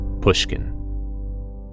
Pushkin